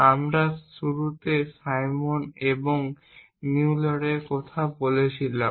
আমরা শুরুতে সাইমন এবং নিউয়েলের কথা বলেছিলাম